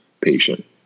patient